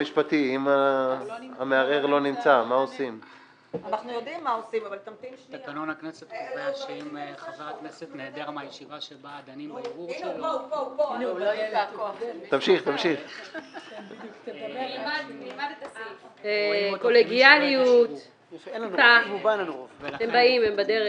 3. ערעורו של חבר הכנסת נחמן שי על החלטת יושב-ראש הכנסת וסגניו